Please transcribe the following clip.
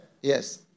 Yes